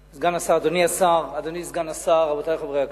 אדוני השר, אדוני סגן השר, רבותי חברי הכנסת,